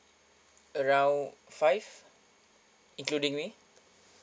around five including me